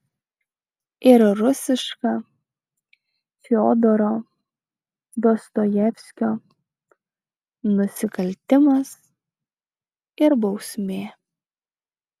ir rusiška fiodoro dostojevskio nusikaltimas ir bausmė